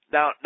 Now